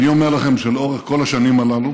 אני אומר לכם שלאורך כל השנים הללו